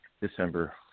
December